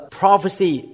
prophecy